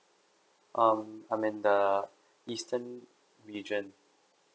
um I'm in the eastern region